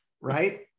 right